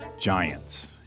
Giants